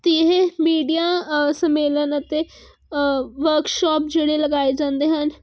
ਅਤੇ ਇਹ ਮੀਡੀਆ ਸੰਮੇਲਨ ਅਤੇ ਵਰਕਸ਼ਾਪ ਜਿਹੜੇ ਲਗਾਏ ਜਾਂਦੇ ਹਨ